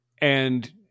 And-